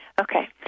Okay